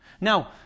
Now